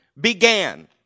began